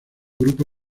grupo